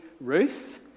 Ruth